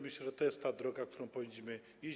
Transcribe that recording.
Myślę, że to jest ta droga, którą powinniśmy iść.